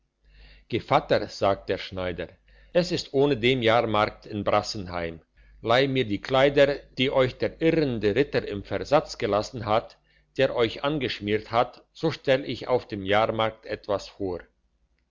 gevatter sagt der schneider es ist ohnedem jahrmarkt in brassenheim leiht mir die kleider die euch der irrende ritter im versatz gelassen hat der euch angeschmiert hat so stell ich auf dem jahrmarkt etwas vor